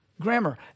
grammar